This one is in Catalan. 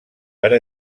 per